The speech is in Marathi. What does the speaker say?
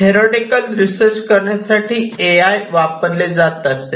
थरोटिकल रीसर्च करण्यासाठी ए आय वापरले जात असे